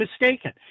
mistaken